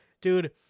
Dude